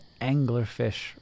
anglerfish